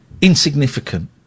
insignificant